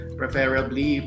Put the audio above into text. preferably